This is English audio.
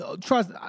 Trust –